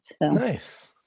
Nice